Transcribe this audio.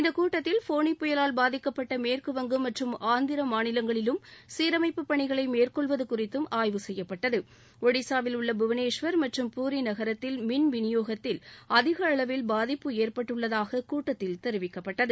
இந்தக் கூட்டத்தில் ஃபோனி புயலால் பாதிக்கப்பட்ட மேற்குவங்கம் மற்றும் ஆந்திர மாநிலங்களிலும் சீரமைப்பு பணிகளை மேற்கொள்வது குறித்தும் ஆய்வு செய்யப்பட்டது ஜடிசாவில் உள்ள புவனேஷ்வர் மற்றும் பூரி நகரத்தில் மின் விநியோகத்தில் அதிக அளவில் பாதிப்பு ஏற்பட்டுள்ளதாக கூட்டத்தில் தெரிவிக்கப்பட்டது